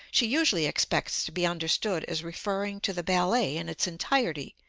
she usually expects to be understood as referring to the ballet in its entirety,